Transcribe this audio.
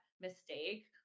mistake